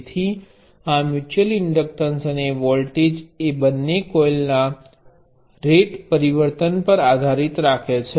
તેથી આ mutual inductance અને વોલ્ટેજ એ બંને કોઇલના રેટ પરિવર્તન પર આધારિત છે